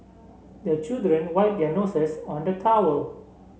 the children wipe their noses on the towel